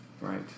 Right